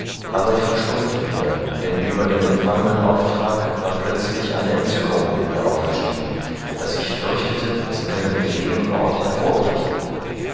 aber ich verstummte wieder denn über den empfangenen auftrag war plötzlich eine entzückung in mir aufgestiegen daß ich fürchtete sie könne mit jedem wort hervorbrechen